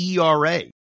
ERA